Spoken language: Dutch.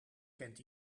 kent